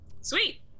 Sweet